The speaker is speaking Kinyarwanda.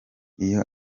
iyo